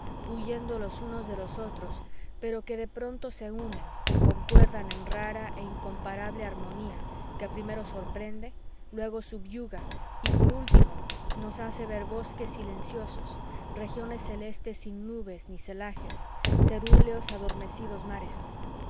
huyendo los unos de los otros pero que de pronto se unen y concuerdan en rara e incomparable harmonía que primero sorprende luego subyuga y por último nos hace ver bosques silenciosos regiones celestes sin nubes ni celajes cerúleos adormecidos mares